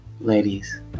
Ladies